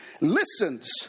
listens